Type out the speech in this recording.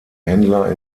händler